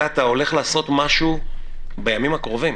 אלא אתה הולך לעשות משהו בימים הקרובים